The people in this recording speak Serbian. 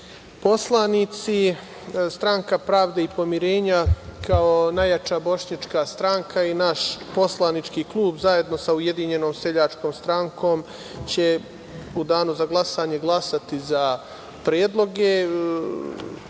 poslanici, Stranka pravde i pomirenje, kao najjača bošnjačka stranka i naš poslanički klub zajedno sa Ujedinjenom seljačkom strankom, će u danu za glasanje glasati za predloge.